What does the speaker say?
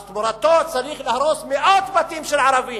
אז תמורתו צריך להרוס מאות בתים של ערבים.